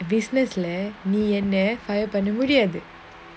business leh நீஎன்ன:nee enna fire பண்ணமுடியாது:panna mudiathu